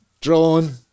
drone